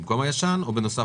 במקום הישן או בנוסף?